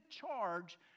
charge